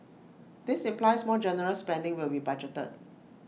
this implies more generous spending will be budgeted